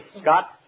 Scott